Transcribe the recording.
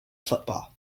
football